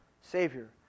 Savior